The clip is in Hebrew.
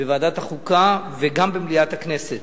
בוועדת החוקה וגם במליאת הכנסת.